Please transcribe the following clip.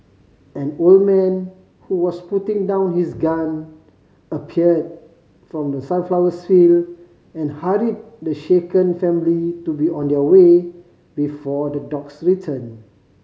an old man who was putting down his gun appeared from the sunflowers field and hurried the shaken family to be on their way before the dogs return